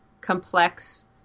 complex